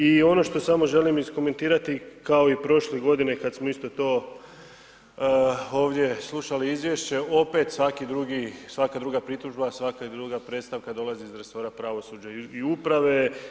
I ono što samo želim iskomentirati kao i prošle godine kada smo isto to ovdje slušali izvješće opet svaka druga pritužba, svaka druga predstavka dolazi iz resora pravosuđa i uprave.